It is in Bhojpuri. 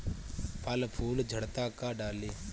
फल फूल झड़ता का डाली?